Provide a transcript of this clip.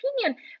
opinion